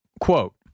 quote